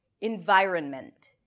environment